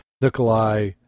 Nikolai